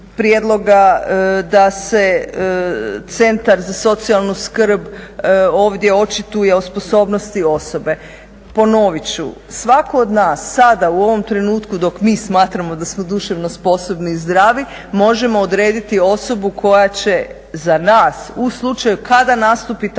da se centar za socijalnu skrb ovdje očituje o sposobnosti osobe. Ponovit ću, svatko od nas sada u ovom trenutku dok mi smatramo da smo duševno sposobni i zdravi, možemo odrediti osobu koja će za nas u slučaju kada nastupi takvo